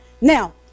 Now